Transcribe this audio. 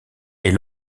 est